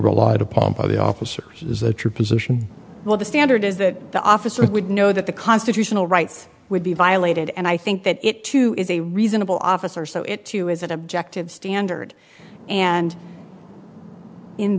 relied upon by the officers is that your position well the standard is that the officer would know that the constitutional rights would be violated and i think that it too is a reasonable officer so it too is an objective standard and in